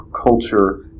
culture